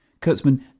Kurtzman